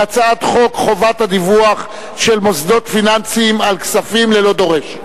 בהצעת חוק חובת הדיווח של מוסדות פיננסיים על כספים ללא דורש.